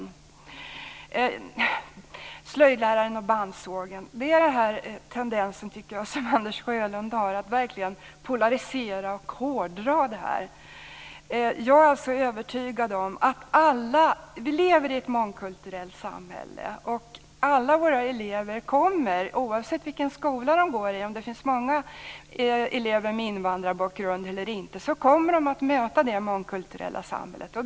När det gäller detta med slöjdläraren och bandsågen ser vi den tendens som jag tycker att Anders Sjölund har, nämligen att verkligen polarisera och hårdra det här. Vi lever i ett mångkulturellt samhälle. Alla våra elever kommer, och det finns många elever med invandrarbakgrund, att möta det mångkulturella samhället oavsett vilken skola de går i.